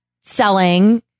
selling